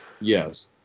Yes